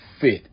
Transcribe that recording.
fit